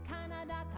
Canada